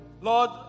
Lord